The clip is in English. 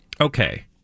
okay